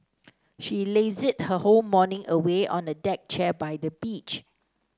she lazed her whole morning away on a deck chair by the beach